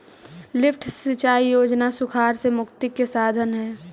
lift सिंचाई योजना सुखाड़ से मुक्ति के साधन हई